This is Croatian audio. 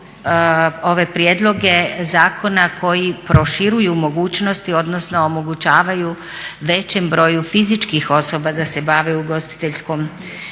ove prijedloge zakona koji proširuju mogućnosti odnosno omogućavaju većem broj fizičkih osoba da se bave ugostiteljskom